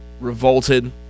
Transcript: revolted